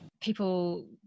people